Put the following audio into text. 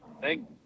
thank